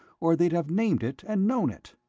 or they'd have named it and known it!